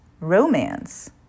romance